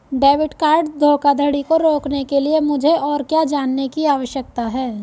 Debit card धोखाधड़ी को रोकने के लिए मुझे और क्या जानने की आवश्यकता है?